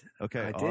Okay